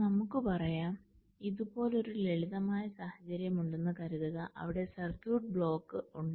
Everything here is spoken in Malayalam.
നമുക്ക് പറയാം എനിക്ക് ഇതുപോലൊരു ലളിതമായ സാഹചര്യമുണ്ടെന്ന് കരുതുക അവിടെ ഒരു സർക്യൂട്ട് ബ്ലോക്ക് ഉണ്ട്